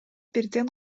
бирден